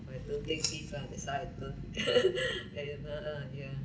I don't take gift lah that why I don't whenever ah ya